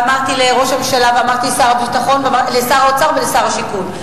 אמרתי לראש הממשלה ואמרתי לשר האוצר ולשר השיכון,